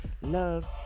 love